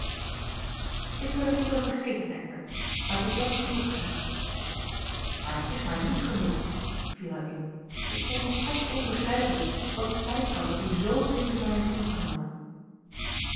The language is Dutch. ik wil het liever vergeten eckbert laat u dàt genoeg zijn maar dat is mij niet genoeg viel hij in het is mij volstrekt onbegrijpelijk wat het zijn kan dat u z tegen mij heeftingenomen ik